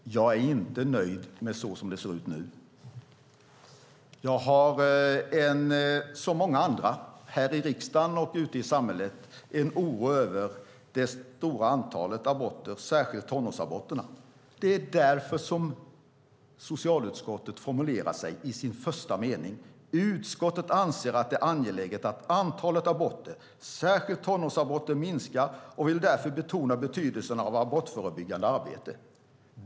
Herr talman! Jag är inte nöjd med hur det ser ut nu. Som många andra här i riksdagen och ute i samhället är jag orolig över det stora antalet aborter, och särskilt tonårsaborter. Det är därför som socialutskottet i sin första mening formulerar sig så här: Utskottet anser att det är angeläget att antalet aborter, särskilt tonårsaborter, minskar och vill därför betona betydelsen av abortförebyggande arbete.